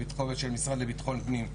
ולפתחו של המשרד לביטחון פנים.